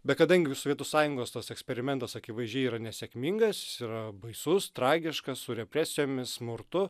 bet kadangi sovietų sąjungos tas eksperimentas akivaizdžiai yra nesėkmingas jis yra baisus tragiškas su represijomis smurtu